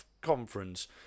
conference